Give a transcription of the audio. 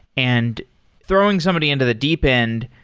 and throwing somebody into the deep end,